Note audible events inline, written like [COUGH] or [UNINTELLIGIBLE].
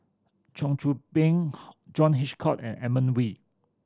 Cheong Soo Pieng [UNINTELLIGIBLE] John Hitchcock and Edmund Wee